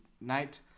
night